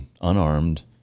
unarmed